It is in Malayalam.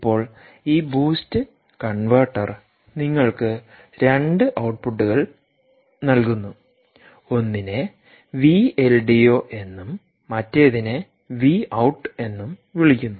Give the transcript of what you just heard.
ഇപ്പോൾ ഈ ബൂസ്റ്റ് കൺവെർട്ടർ നിങ്ങൾക്ക് രണ്ട് ഔട്ട്പുട്ടുകൾ നൽകുന്നു ഒന്നിനെ വി എൽ ഡി ഒ എന്നും മറ്റേതിനെ വി ഔട്ട് എന്നും വിളിക്കുന്നു